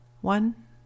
One